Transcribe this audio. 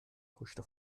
huschte